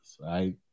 right